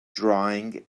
drawing